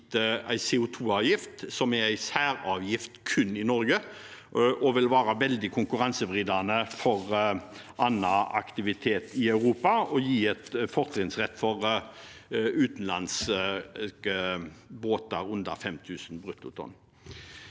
en CO2-avgift, som er en særavgift kun i Norge, som vil være veldig konkurransevridende for annen aktivitet i Europa og gi en fortrinnsrett for utenlandske båter under 5 000 bruttotonn.